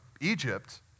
Egypt